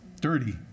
dirty